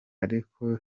ariko